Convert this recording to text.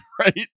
right